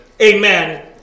amen